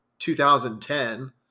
2010